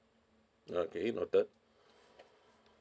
okay noted